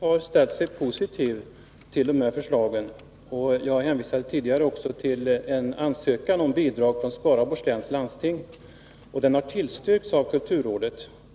Herr talman! Kulturrådet har ställt sig positivt till förslagen. Jag hänvisade tidigare också till en ansökan om bidrag från Skaraborgs läns landsting, som har tillstyrkts av kulturrådet.